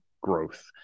growth